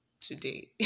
today